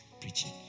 preaching